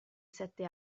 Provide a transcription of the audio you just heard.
sette